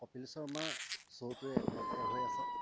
কপিল শৰ্মাৰ শ্ব'টোৱে একমাত্ৰ হৈ আছে